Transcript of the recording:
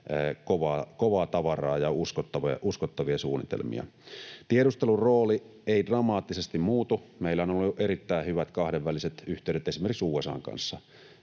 kovaa tavaraa ja uskottavia suunnitelmia. Tiedustelun rooli ei dramaattisesti muutu. Meillä on ollut erittäin hyvät kahdenväliset yhteydet esimerkiksi USA:n kanssa